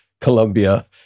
Colombia